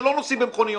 שלא נוסעים במכוניות.